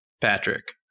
Patrick